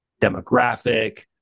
demographic